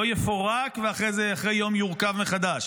לא יפורק ואחרי יום יורכב מחדש.